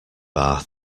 bar